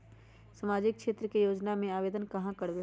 सामाजिक क्षेत्र के योजना में आवेदन कहाँ करवे?